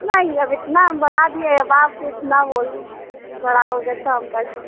नहीं अब इतना हम बढ़ा दिए अब आप इतना बोलो बढ़ाओगे तो हम कैसे